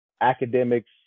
academics